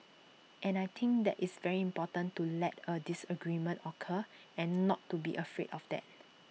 and I think that it's very important to let A disagreement occur and not to be afraid of that